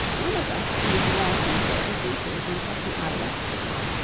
none of us sees more than certain features in what the eye rests upon,